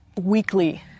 weekly